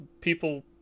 people